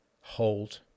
Hold